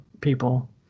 people